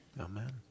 Amen